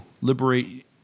liberate –